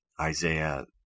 Isaiah